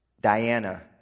Diana